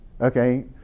Okay